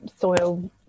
soil